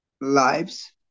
lives